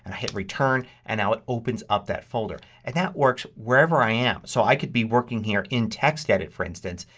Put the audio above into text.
hit return and now it opens up that folder. and that works wherever i am. so i could be working here in textedit, for instance,